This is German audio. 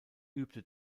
übte